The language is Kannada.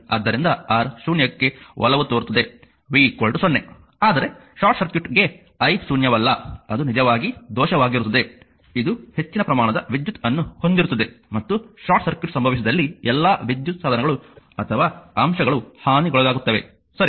ಆದ್ದರಿಂದ R ಶೂನ್ಯಕ್ಕೆ ಒಲವು ತೋರುತ್ತದೆ v 0 ಆದರೆ ಶಾರ್ಟ್ ಸರ್ಕ್ಯೂಟ್ಗೆ i ಶೂನ್ಯವಲ್ಲ ಅದು ನಿಜವಾಗಿ ದೋಷವಾಗಿರುತ್ತದೆ ಇದು ಹೆಚ್ಚಿನ ಪ್ರಮಾಣದ ವಿದ್ಯುತ್ ಅನ್ನು ಹೊಂದಿರುತ್ತದೆ ಮತ್ತು ಶಾರ್ಟ್ ಸರ್ಕ್ಯೂಟ್ ಸಂಭವಿಸಿದಲ್ಲಿ ಎಲ್ಲಾ ವಿದ್ಯುತ್ ಸಾಧನಗಳು ಅಥವಾ ಅಂಶಗಳು ಹಾನಿಗೊಳಗಾಗುತ್ತವೆ ಸರಿ